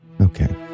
Okay